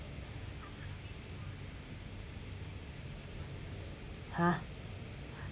!huh!